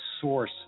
source